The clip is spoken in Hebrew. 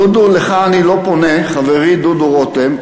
דודו, אליך אני לא פונה, חברי דודו רותם.